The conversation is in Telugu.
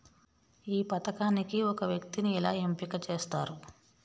ఈ పథకానికి ఒక వ్యక్తిని ఎలా ఎంపిక చేస్తారు?